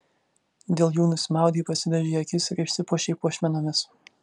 dėl jų nusimaudei pasidažei akis ir išsipuošei puošmenomis